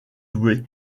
doué